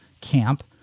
camp